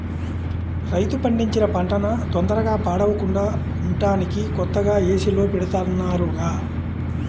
రైతు పండించిన పంటన తొందరగా పాడవకుండా ఉంటానికి కొత్తగా ఏసీల్లో బెడతన్నారుగా